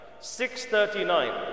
639